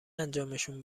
انجامشون